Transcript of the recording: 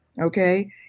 okay